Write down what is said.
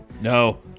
No